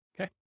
Okay